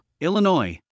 Illinois